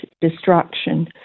destruction